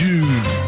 June